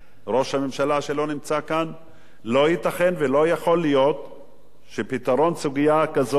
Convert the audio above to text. שלא נמצא כאן: לא ייתכן ולא יכול להיות שפתרון סוגיה כזאת לקח